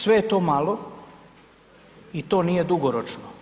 Sve je to malo i to nije dugoročno.